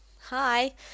Hi